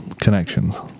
connections